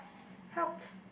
helped